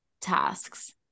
tasks